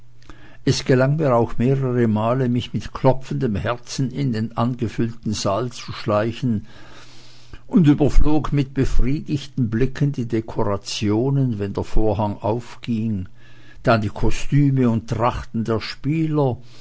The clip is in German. es gelang mir auch mehrere male mich mit klopfendem herzen in den angefüllten saal zu schleichen und überflog mit befriedigten blicken die dekorationen wenn der vorhang aufging dann die kostüme und trachten der spieler